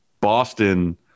Boston